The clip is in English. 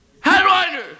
headliner